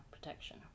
protection